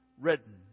written